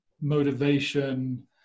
motivation